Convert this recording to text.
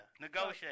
negotiate